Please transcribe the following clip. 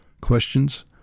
questions